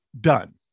Done